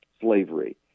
slavery